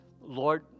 lord